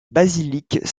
basilique